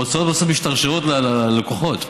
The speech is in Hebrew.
ההוצאות בסוף משתרשרות ללקוחות.